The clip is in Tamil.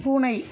பூனை